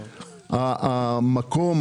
המקום,